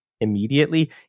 immediately